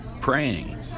praying